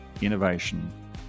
innovation